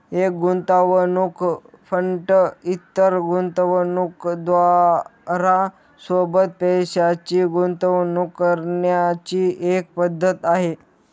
एक गुंतवणूक फंड इतर गुंतवणूकदारां सोबत पैशाची गुंतवणूक करण्याची एक पद्धत आहे